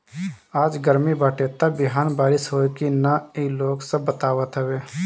आज गरमी बाटे त बिहान बारिश होई की ना इ लोग सब बतावत हवे